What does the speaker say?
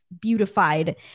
beautified